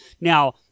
Now